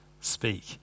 speak